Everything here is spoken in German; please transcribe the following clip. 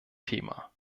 thema